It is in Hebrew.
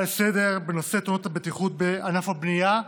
לסדר-היום בנושא תאונות הבטיחות בענף הבנייה,